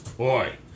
Boy